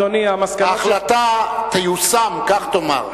ההחלטה, אדוני, ההחלטה תיושם, כך תאמר.